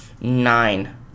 nine